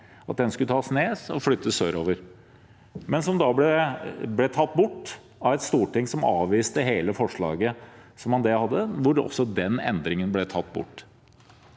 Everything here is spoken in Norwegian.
at den skulle tas ned og flyttes sørover, men det ble tatt bort av et storting som avviste hele forslaget, hvor også den endringen ble tatt bort.